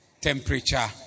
temperature